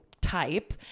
type